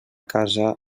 casa